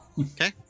Okay